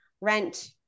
rent